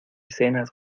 cenas